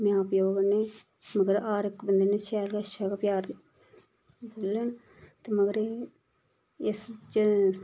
मां प्यौ कन्नै मगर हर इक बंदे कन्नै शैल अच्छा गै प्यार मिलन ते मगरै इस च